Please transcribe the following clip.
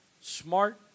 smart